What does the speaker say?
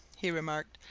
he remarked,